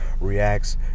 reacts